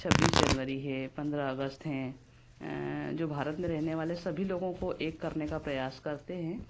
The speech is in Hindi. छब्बीस जनवरी है पंद्रह अगस्त हैं जो भारत में रहने वाले सभी लोगों को एक करने का प्रयास करते हैं